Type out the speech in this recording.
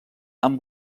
amb